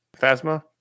Phasma